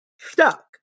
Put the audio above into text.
stuck